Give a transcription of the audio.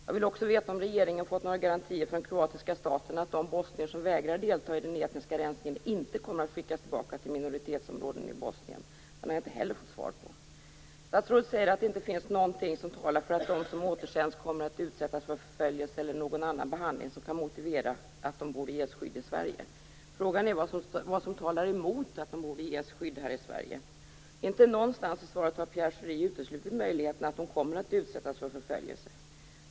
Jag vill också veta om regeringen har fått några garantier från kroatiska staten att de bosnier som vägrar delta i den etniska rensningen inte kommer att skickas tillbaka till minioritetsområden i Bosnien. Den frågan har jag inte heller fått svar på. Statsrådet säger att det inte finns någonting som talar för att de som återsänds kommer att utsättas för förföljelse eller någon annan behandling som kan motivera att de bör ges skydd i Sverige. Frågan är vad som talar emot att de borde ges skydd här i Sverige. Inte någonstans i svaret har Pierre Schori uteslutit möjligheten att de kommer att utsättas för förföljelse.